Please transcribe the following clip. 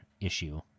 issue